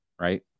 right